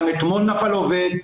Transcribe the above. גם אתמול נפל עובד,